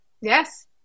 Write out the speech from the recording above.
Yes